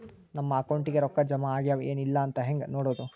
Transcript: ನಮ್ಮ ಅಕೌಂಟಿಗೆ ರೊಕ್ಕ ಜಮಾ ಆಗ್ಯಾವ ಏನ್ ಇಲ್ಲ ಅಂತ ಹೆಂಗ್ ನೋಡೋದು?